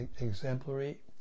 exemplary